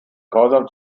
grausam